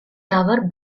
tower